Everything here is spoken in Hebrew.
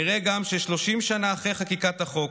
נראה גם ש-30 שנה אחרי חקיקת החוק,